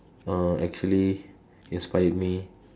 uh actually inspired me